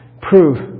prove